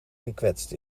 gekwetst